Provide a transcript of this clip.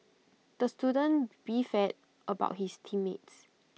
the student beefed about his team mates